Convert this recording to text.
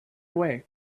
away